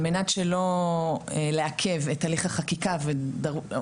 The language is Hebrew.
על מנת שלא לעכב את הליך החקיקה או המיזוג,